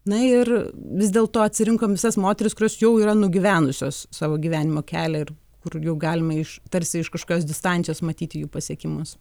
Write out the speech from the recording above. na ir vis dėlto atsirinkom visas moteris kurios jau yra nugyvenusios savo gyvenimo kelią ir kur jau galime iš tarsi iš kažkokios distancijos matyti jų pasiekimus